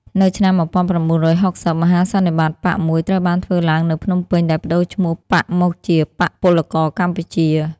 នៅឆ្នាំ១៩៦០ មហាសន្និបាតបក្សមួយត្រូវបានធ្វើឡើងនៅភ្នំពេញ ដែលប្តូរឈ្មោះបក្សមកជា «បក្សពលករកម្ពុជា»។